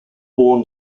born